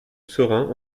serein